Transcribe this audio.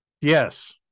yes